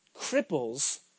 cripples